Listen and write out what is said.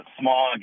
smog